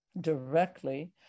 directly